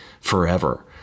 forever